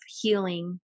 healing